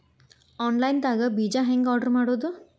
Online ದಾಗ ಬೇಜಾ ಹೆಂಗ್ ಆರ್ಡರ್ ಮಾಡೋದು?